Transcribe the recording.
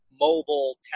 mobile